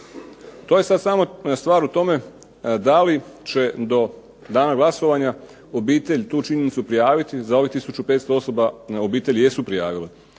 To je sad samo stvar u tome da li će do dana glasovanja obitelj tu činjenicu prijaviti. Za ovih 1500 osoba obitelji jesu prijavile.